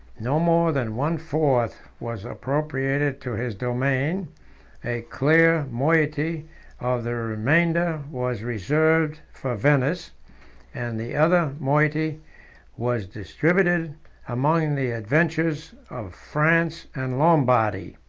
no more than one fourth was appropriated to his domain a clear moiety of the remainder was reserved for venice and the other moiety was distributed among the adventures of france and lombardy.